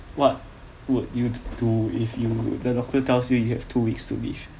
what would you do if you the doctor tells you you have two weeks to live